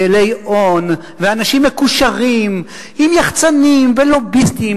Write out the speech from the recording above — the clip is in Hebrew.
ואילי הון ואנשים מקושרים עם יחצנים ולוביסטים,